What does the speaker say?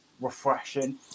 refreshing